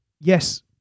yes